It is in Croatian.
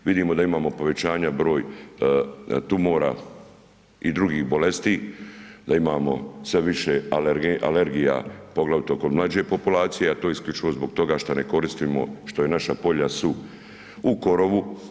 Vidimo da imamo povećanje broja tumora i drugih bolesti, da imamo sve više alergija poglavito kod mlađe populacije, a to je isključivo zbog toga što ne koristimo, što su naša polja u korovu.